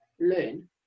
learn